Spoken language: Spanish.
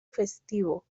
festivo